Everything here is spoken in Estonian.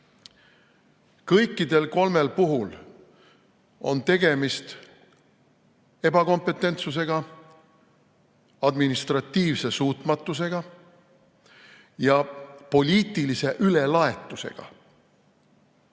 Kõigil kolmel puhul on tegemist ebakompetentsusega, administratiivse suutmatusega ja poliitilise ülelaetusega.